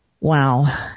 wow